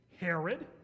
Herod